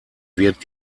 wird